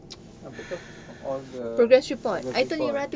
apa tu all all the progress report